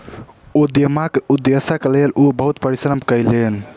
उद्यमक उदेश्यक लेल ओ बहुत परिश्रम कयलैन